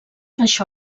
això